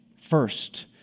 First